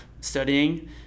studying